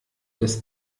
des